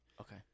Okay